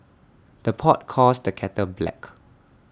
the pot calls the kettle black